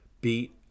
Beat